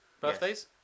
Birthdays